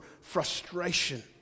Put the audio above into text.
frustration